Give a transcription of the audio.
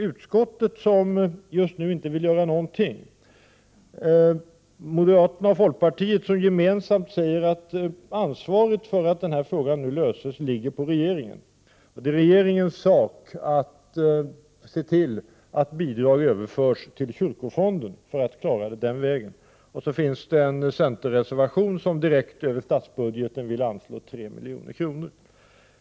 Utskottet vill just nu inte göra någonting, moderaterna och folkpartiet säger gemensamt att ansvaret för att den här frågan nu löses ligger på regeringen, och det är regeringens sak att se till att bidrag överförs till kyrkofonden för att klara det den vägen. Vidare finns det en centerpartireservation där reservanterna vill anslå 3 milj.kr. direkt över statsbudgeten.